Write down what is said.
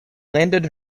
landed